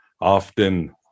often